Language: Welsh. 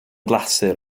glasur